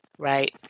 Right